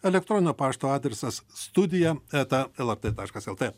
elektroninio pašto adresas studija eta lrt taškas lt